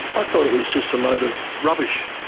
i thought it was just a load of rubbish,